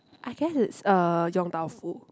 I guess it's uh Yong Tau Foo